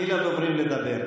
תני לדוברים לדבר.